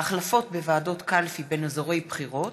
(החלפות בוועדות קלפי בין אזורי בחירות),